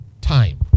Time